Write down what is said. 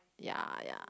ya ya